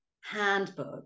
handbook